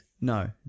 No